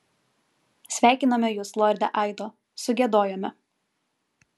sveikiname jus lorde aido sugiedojome